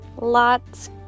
lots